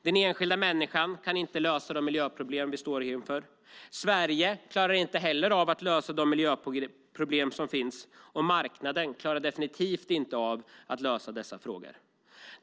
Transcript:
Den enskilda människan kan inte lösa de miljöproblem vi står inför. Sverige klarar inte heller av att lösa de miljöproblem som finns. Och marknaden klarar definitivt inte av att lösa dessa frågor.